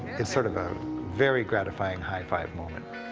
it's sort of a very gratifying high-five moment.